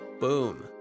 Boom